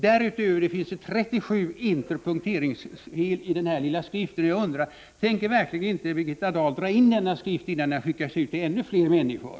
Därutöver finns det 37 interpunkteringsfel i denna lilla skrift. Jag undrar: Tänker verkligen inte Birgitta Dahl dra in skriften, innan den skickas ut till ännu fler människor?